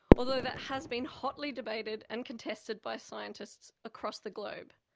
although that has been hotly debated and contested by scientists across the globe.